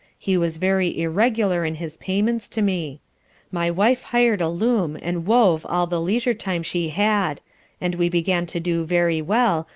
he was very irregular in his payments to me my wife hired a loom and wove all the leisure time she had and we began to do very well,